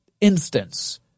instance